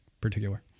particular